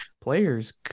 players